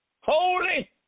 Holy